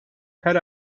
her